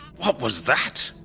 what was that!